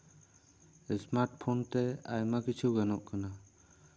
smart phone ᱛᱮ ᱟᱭᱢᱟ ᱠᱤᱪᱷᱩ ᱜᱟᱱᱚᱜ ᱠᱟᱱᱟ